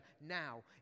now